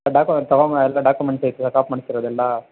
ಆ ಡಾಕು ತಗೊಂಡ್ ಎಲ್ಲ ಡಾಕ್ಯುಮೆಂಟ್ಸ್ ಐತಾ ಚೆಕಪ್ ಮಾಡಿಸಿರೋದೆಲ್ಲ